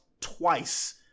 twice